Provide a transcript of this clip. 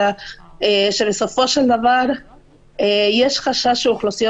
אלא שבסופו של דבר יש חשש שאוכלוסיות